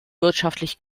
wirtschaftlich